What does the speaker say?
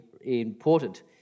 important